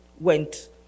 went